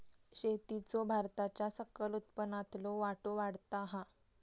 शेतीचो भारताच्या सकल उत्पन्नातलो वाटो वाढता हा